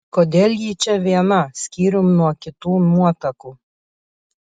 kodėl ji čia viena skyrium nuo kitų nuotakų